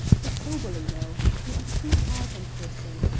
but soberly now, you are too hard on poor sim.